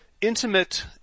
intimate